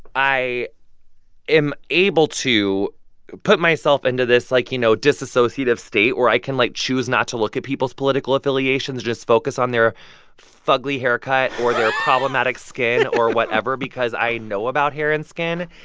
i am able to put myself into this, like, you know, disassociative state where i can, like, choose not to look at people's political affiliations, just focus on their fugly haircut or their problematic skin or whatever because i know about hair and skin.